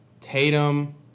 Tatum